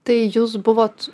tai jūs buvot